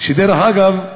שדרך אגב,